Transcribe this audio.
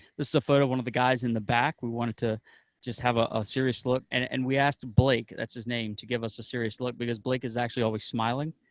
this is a photo of one of the guys in the back. we wanted to just have ah a serious look, and and we asked blake, that's his name, to give us a serious look because blake is actually always smiling,